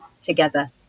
together